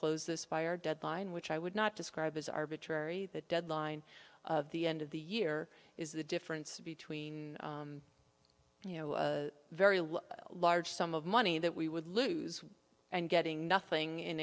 this fire deadline which i would not describe as arbitrary the deadline of the end of the year is the difference between you know a very large sum of money that we would lose and getting nothing in